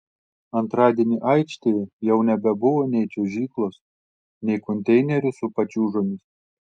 antradienį aikštėje jau nebebuvo nei čiuožyklos nei konteinerių su pačiūžomis